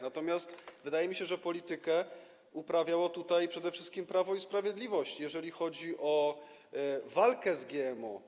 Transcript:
Natomiast wydaje mi się, że politykę uprawiało tutaj przede wszystkim Prawo i Sprawiedliwość, jeżeli chodzi o walkę z GMO.